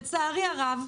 לצערי הרב,